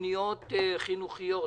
ותוכניות חינוכיות